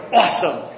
awesome